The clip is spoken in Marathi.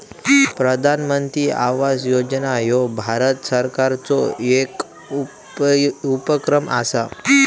प्रधानमंत्री आवास योजना ह्यो भारत सरकारचो येक उपक्रम असा